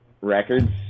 records